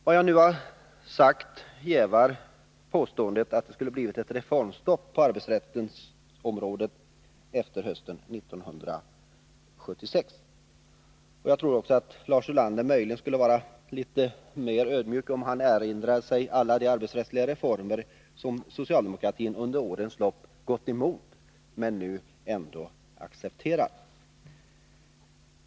Vad jag nu sagt jävar påståendet att det skulle ha blivit ett reformstopp på arbetsrättsområdet efter hösten 1976. Jag tror att Lars Ulander skulle vara litet mera ödmjuk om han erinrade sig alla de arbetsrättsliga reformer som socialdemokratin under årens lopp gått emot men nu ändå accepterat.